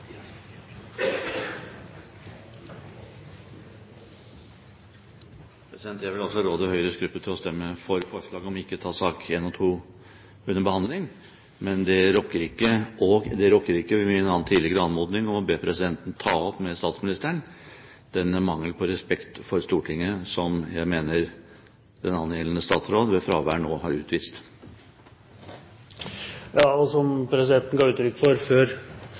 Jeg vil råde Høyres gruppe til også å stemme for forslaget om ikke å ta sakene nr. 1 og 2 opp til behandling. Det rokker ikke ved min tidligere anmodning til presidenten om å ta opp med statsministeren den mangelen på respekt for Stortinget som jeg mener den angjeldende statsråd ved fravær nå har utvist. Som presidenten ga uttrykk for